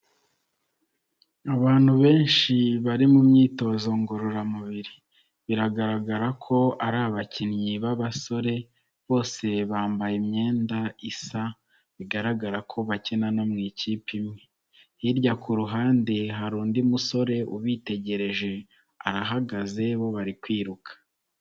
Abantu benshi bari mu myitozo ngororamubiri, biragaragara ko ari abakinnyi b'abasore bose bambaye imyenda isa bigaragara ko bakina no mu ikipe imwe, hirya ku ruhande hari undi musore ubitegereje arahagaze bo bari kwiruka.